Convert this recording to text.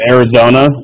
Arizona